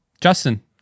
Justin